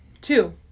Two